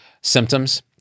symptoms